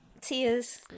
tears